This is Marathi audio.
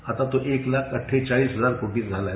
आता तो एक लाख अठ्ठेचाळीस हजार कोटीचा झालाय